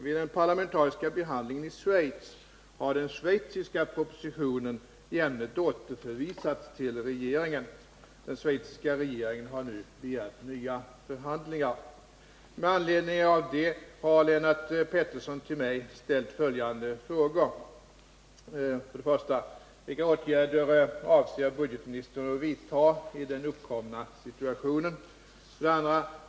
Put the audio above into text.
Vid den parlamentariska behandlingen i Schweiz har den schweiziska propositionen i ämnet återförvisats till regeringen. Den schweiziska regeringen har nu begärt nya förhandlingar. Med anledning av det inträffade har Lennart Pettersson till mig ställt följande frågor. 2.